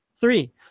Three